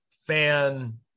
fan